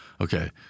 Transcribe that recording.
Okay